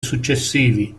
successivi